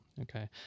Okay